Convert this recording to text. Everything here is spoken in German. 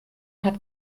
hat